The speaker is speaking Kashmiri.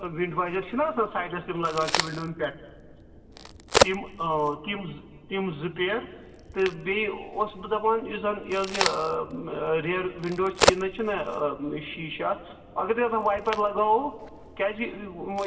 وِنٛڈ وایزَر چھِنا آسان سایڈَس تِم لَگان چھِ وِنڈووَن پٮ۪ٹھ تِم تِم تِم زٕ پیر تہٕ بیٚیہِ اوسُس بہٕ دَپان یُس زَن یہِ حظ یہِ رِیر وِنڈو یہِ نہَ حظ چھُنہٕ شیٖشہٕ اَتھ اگر اَتٮ۪ن وایپَر لَگاوو کیٛازِکہِ